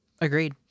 Agreed